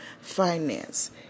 finance